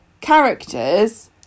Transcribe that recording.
characters